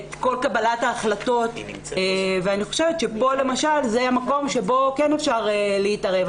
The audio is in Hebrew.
את כל קבלת ההחלטות ואני חושבת שפה למשל זה המקום שבו כן אפשר להתערב.